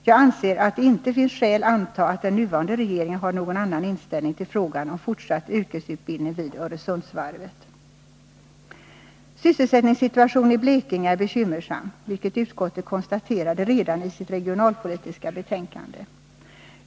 Jag anser att det inte finns skäl anta att den nuvarande regeringen har någon annan inställning till frågan om fortsatt yrkesutbildning vid Öresundsvarvet. Sysselsättningssituationen i Blekinge är bekymmersam, vilket utskottet konstaterade redan i sitt regionalpolitiska betänkande.